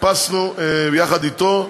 חיפשנו יחד אתו,